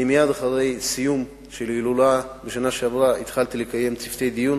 מייד אחרי סיום ההילולה בשנה שעברה התחלתי לקיים צוותי דיון